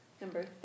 Number